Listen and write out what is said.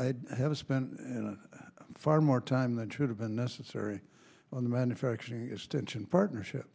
i have spent far more time that should have been necessary on the manufacturing extension partnership